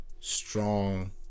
strong